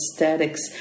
aesthetics